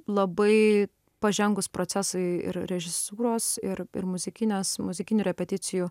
labai pažengus procesui ir režisūros ir ir muzikinės muzikinių repeticijų